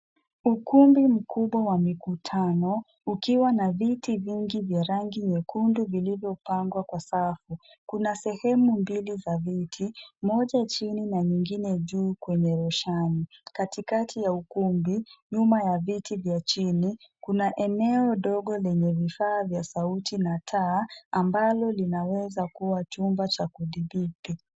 Ukumbi mkubwa wa mikutano ukiwa na viti vingi vya rangi nyekundu vilivyopangwa kwa safu. Kuna sehemu mbili za viti, moja chini na nyingine juu kwenye roshani. Katikati ya ukumbi nyuma ya viti vya chini kuna eneo dogo yenye vifaa vya sauti na taa ambalo linaweza kuwa chumba cha kudhibiti.